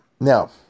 Now